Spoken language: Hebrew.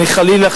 אני חלילה,